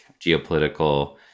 geopolitical